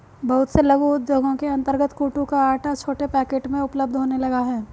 बहुत से लघु उद्योगों के अंतर्गत कूटू का आटा छोटे पैकेट में उपलब्ध होने लगा है